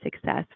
success